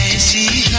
c